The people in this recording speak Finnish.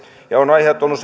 ja se on aiheuttanut